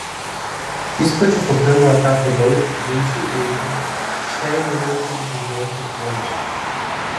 įspūdžių po pirmo etapo daug minčių irgi šiai minutei džiaugiuosi poilsiu